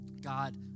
God